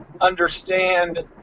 understand